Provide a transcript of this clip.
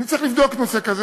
אני צריך לבדוק את הנושא הזה.